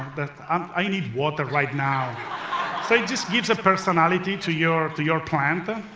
but i need water right now. so it just gives a personality to your to your plant. or